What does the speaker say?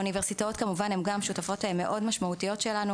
האוניברסיטאות הן שותפות מאוד משמעותיות שלנו